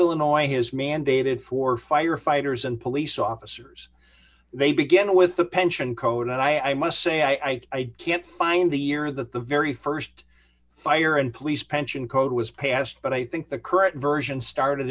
illinois has mandated for firefighters and police officers they begin with the pension code and i must say i can't find the year that the very st fire and police pension code was passed but i think the current version started